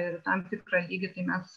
ir tam tikrą lygį tai mes